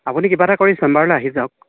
আপুনি কিবা এটা কৰি চেম্বাৰলৈ আহি যাওক